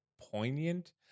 poignant